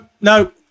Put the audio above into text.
no